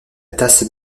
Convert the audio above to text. tasse